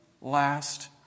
last